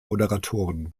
moderatoren